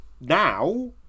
now